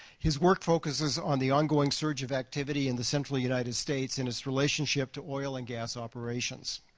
his work focuses on the ongoing surge of activity in the central united states and its relationship to oil and gas operations.